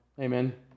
Amen